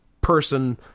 person